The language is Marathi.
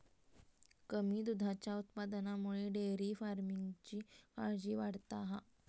कमी दुधाच्या उत्पादनामुळे डेअरी फार्मिंगची काळजी वाढता हा